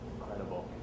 incredible